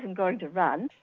and going to run.